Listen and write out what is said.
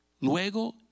luego